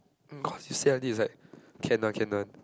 um cause you say until this like can one can one